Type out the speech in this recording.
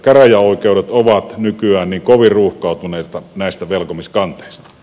käräjäoikeudet ovat nykyään niin kovin ruuhkautuneita näistä velkomiskanteista